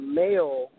male